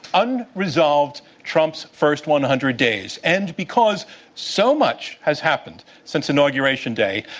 unresolved trump's first one hundred days. and because so much has happened since inauguration day,